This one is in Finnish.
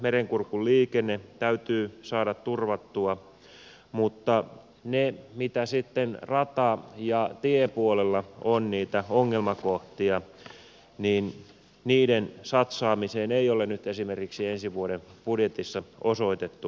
merenkurkun liikenne täytyy saada turvattua mutta mitä sitten rata ja tiepuolella on niitä ongelmakohtia niin niiden satsaamiseen ei ole nyt esimerkiksi ensi vuoden budjetissa osoitettu määrärahoja